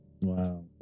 wow